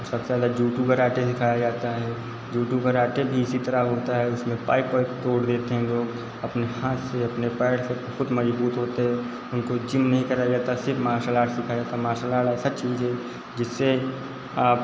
सबसे ज़्यादा judo karate सिखाया जाता है जूडू कराटे भी इसी तरह होता है उसमें पाइप वाइप तोड़ देते हैं लोग अपने हाथ से अपने पैर से बहुत मजबूत होते है उनको जिम नहीं कराया जाता सिर्फ मार्सल आर्ट सिखाया जाता है मार्सल आर्ट ऐसा चीज़ है जिससे आप